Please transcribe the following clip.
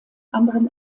anderen